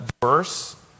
verse